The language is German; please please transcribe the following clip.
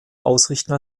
ausrichten